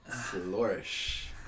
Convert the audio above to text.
Flourish